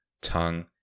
tongue